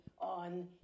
on